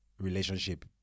relationship